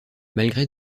malgré